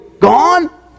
gone